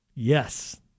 Yes